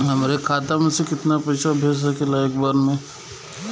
हमरे खाता में से कितना पईसा भेज सकेला एक बार में?